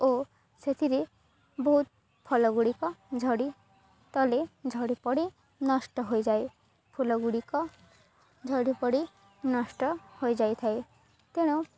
ଓ ସେଥିରେ ବହୁତ ଫଳ ଗୁଡ଼ିକ ଝଡ଼ି ତଳେ ଝଡ଼ିପଡ଼ି ନଷ୍ଟ ହୋଇଯାଏ ଫୁଲ ଗୁଡ଼ିକ ଝଡ଼ିପଡ଼ି ନଷ୍ଟ ହୋଇଯାଇ ଥାଏ ତେଣୁ